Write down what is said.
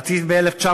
לדעתי זה היה ב-1986,